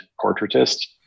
portraitist